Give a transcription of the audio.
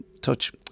touch